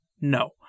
No